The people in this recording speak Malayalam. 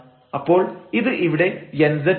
അപ്പോൾ ഇത് ഇവിടെ nz ആവും